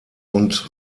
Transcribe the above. und